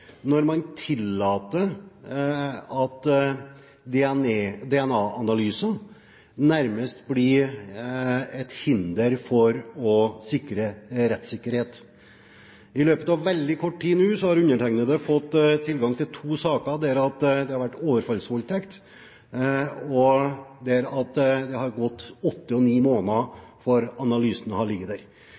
når man tillater at DNA-analyser nærmest blir et hinder for å sikre rettssikkerhet. Nylig har undertegnede fått kjennskap til to saker om overfallsvoldtekt der det har gått 8 og 9 måneder før analysen har ligget